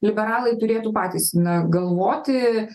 liberalai turėtų patys na galvoti